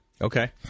Okay